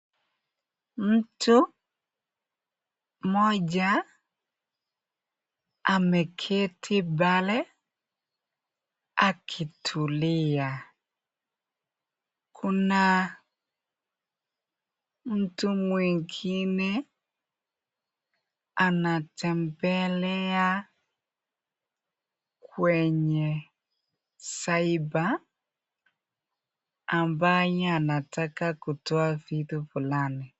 Mtu mmoja ameketi pale akitulia. Kuna mtu mwingine anatembelea kwenye cyber ambaye anataka kutoa vitu flani.